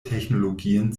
technologien